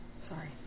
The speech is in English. Sorry